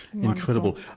Incredible